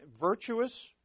virtuous